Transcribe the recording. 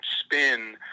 spin